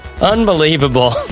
Unbelievable